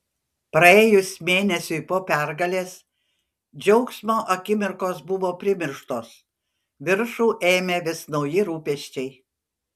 praėjus mėnesiui po pergalės džiaugsmo akimirkos buvo primirštos viršų ėmė vis nauji rūpesčiai